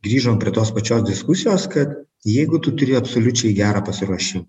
grįžom prie tos pačios diskusijos kad jeigu tu turi absoliučiai gerą pasiruošim